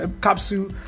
capsule